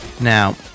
Now